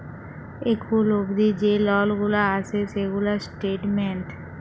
এখুল অবদি যে লল গুলা আসে সেগুলার স্টেটমেন্ট